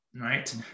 right